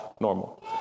normal